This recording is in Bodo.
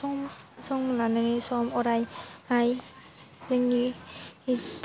सम सम लानानै सम अराय आइ जोंनि